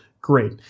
great